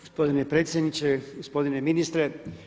Gospodine predsjedniče, gospodine ministre.